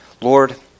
Lord